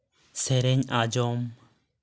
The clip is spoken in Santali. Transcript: ᱥᱮᱨᱮᱧ ᱟᱸᱡᱚᱢ